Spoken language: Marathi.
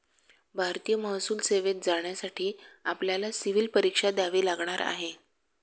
भारतीय महसूल सेवेत जाण्यासाठी आपल्याला सिव्हील परीक्षा द्यावी लागणार आहे